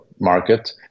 market